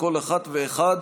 לכל אחת ואחד,